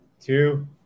two